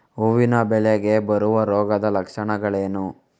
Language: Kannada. ಹೂವಿನ ಬೆಳೆಗೆ ಬರುವ ರೋಗದ ಲಕ್ಷಣಗಳೇನು?